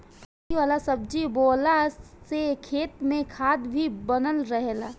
फली वाला सब्जी बोअला से खेत में खाद भी बनल रहेला